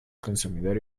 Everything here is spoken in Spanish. consumidor